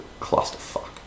clusterfuck